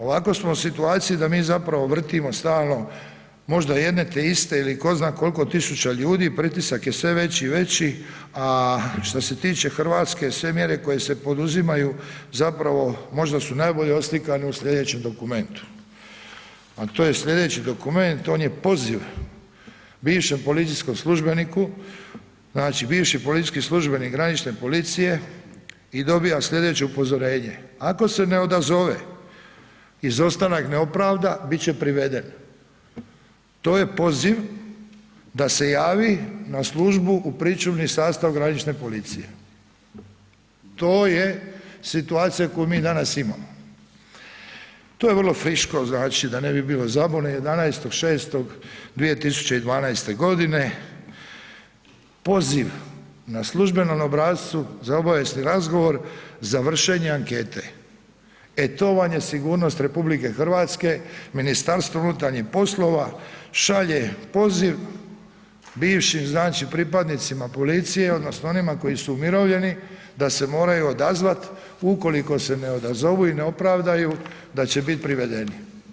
Ovako smo u situaciji da mi zapravo vrtimo stalno, možda jedne te iste ili tko zna koliko tisuća ljudi, pritisak je sve veći i veći, a šta se tiče RH sve mjere koje se poduzimaju zapravo možda su najbolje oslikane u slijedećem dokumentu, a to je slijedeći dokument, on je poziv bivšem policijskom službeniku, znači bivši policijski službenih granične policije i dobija slijedeće upozorenje, ako se ne odazove i izostanak ne opravda, bit će priveden, to je poziv da se javi na službu u pričuvni sastav granične policije, to je situacija koju mi danas imamo, to je vrlo friško znači da ne bi bilo zabune, 11.6.2012.g. poziv na službenom obrascu za obavijesni razgovor za vršenje ankete, e to vam je sigurnost RH, MUP šalje poziv bivšim znači pripadnicima policije odnosno onima koji su umirovljeni da se moraju odazvat, ukoliko se ne odazovu i ne opravdaju, da će bit privedeni.